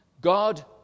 God